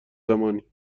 زمانی